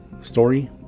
story